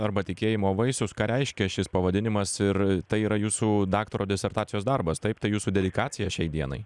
arba tikėjimo vaisius ką reiškia šis pavadinimas ir tai yra jūsų daktaro disertacijos darbas taip tai jūsų dedikacija šiai dienai